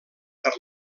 per